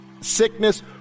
sickness